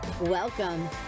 Welcome